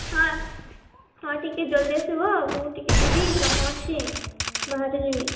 ହଁ ହଁ ଟିକେ ଜଲଦି ଆସିବ ମୁଁ ଟିକେ ଯିବି କାମ ଅଛି ବାହାରେ ଯିବି